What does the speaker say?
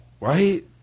right